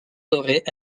dorés